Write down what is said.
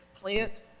Plant